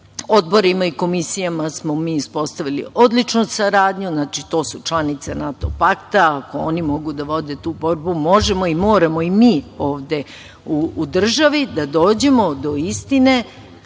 odborima i komisijama smo mi uspostavili odličnu saradnju, znači to su članice NATO pakta, oni mogu da vode tu borbu, možemo i moramo i mi ovde u državi, da dođemo do istine,